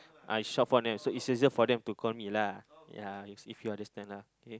I short form name so is easier for them to call me lah ya is if you understand lah okay